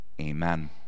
Amen